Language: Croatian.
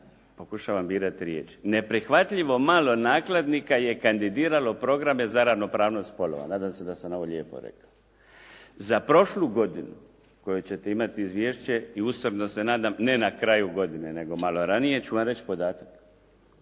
pokušavam birati riječi, neprihvatljivo malo nakladnika je kandidiralo programe za ravnopravnost spolova. Nadam se da sam ovo lijepo rekao. Za prošlu godinu koju ćete imati izvješće i osobno se nadam ne na kraju godine, nego malo ranije ću vam reći podatak.